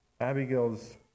Abigail's